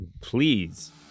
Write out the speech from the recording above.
Please